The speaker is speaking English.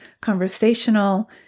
conversational